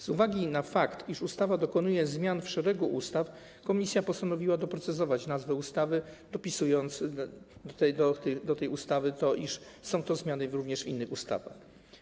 Z uwagi na fakt, że ustawa dokonuje zmian w szeregu ustaw, komisja postanowiła doprecyzować nazwę ustawy, dopisując do nazwy tej ustawy to, iż są zmiany również w innych ustawach.